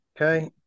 Okay